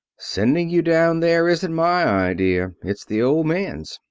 sending you down there isn't my idea. it's the old man's.